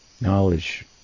Knowledge